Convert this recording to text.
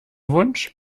wunsch